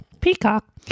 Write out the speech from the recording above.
Peacock